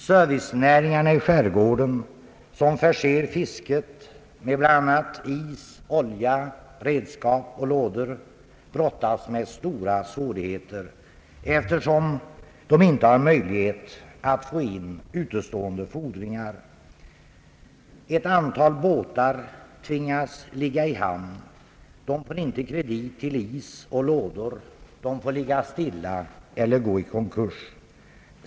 Servicenäringarna i skärgården, som förser fisket med bl.a. is, olja, redskap och lådor, brottas med stora svårigheter, eftersom de inte har möjlighet att få in utestående fordringar. Ett antal båtar tvingas ligga i hamn på grund av att ägarna inte får kredit för inköp av t.ex. is och lådor. Båtarna får ligga stilla och ägarna går i konkurs.